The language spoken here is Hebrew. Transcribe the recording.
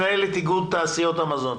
מנהלת איגוד תעשיות המזון.